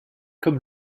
comme